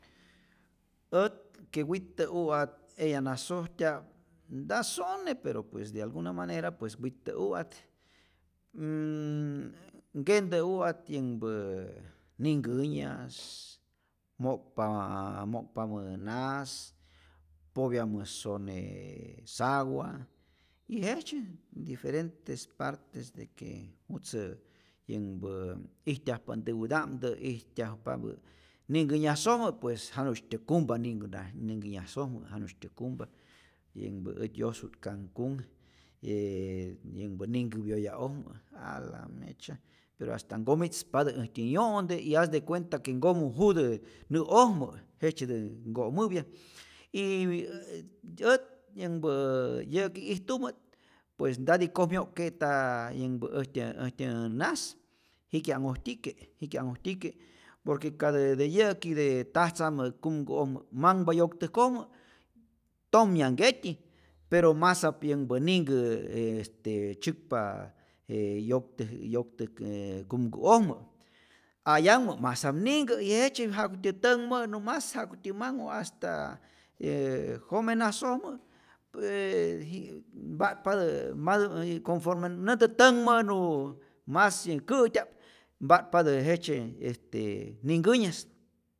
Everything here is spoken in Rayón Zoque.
Ät que wi'tä'u'at eyanasojtya'p, nta sone pero pues de alguna manera pues wi'tä'u'at, nnnnn- kentä'u'at yänhpä ninhkänyas, mo'kpa mo'kpamä näs, popyamä sone sawa y jejtzye diferentes partes de que jutzä yänhpä ijtyajpa ntäwäta'mtä, ijtyajpapä ninhkänyasojmä pues janu'sytyä kumpa, ninhkä nas ninhkä nyasojmä janu'sytyä kumpa, yänhpä ät yosu't cancun yänhpä ninhkä pyoya'ojmä la mecha pero hasta nkomi'tzpatä äjtyä yo'nte y as de cuenta que nkomujätä nä'ojmä, jejtzyetä nko'mäpya, yyy ät yä'ki ijtumä't pues ntati koj myo'k'ke'ta yänhpä äjtyä äjtyä najs, jikya'nhojtyike, jikya'nhojtyike, por que käta de yä'ki de tajtzä'mä kumku'ojmä manhpa yoktäjkojmä tomyanhketyi pero masap yänhpä ninhkä este tzyäkpa je yoktäk yoktäk ee kumku'ojmä, a'yanhmä masam ninnhkä y jejtzye ja'kutyä tänhmä'nu mas ja'kutyä manhu hasta e jomenasojmä, ee ji mpa'tpatä mal conforme näntä tänhmä'nu mas kä'tya'p, mpa'tpatä jejtzye este ninhkänyas.